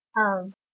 um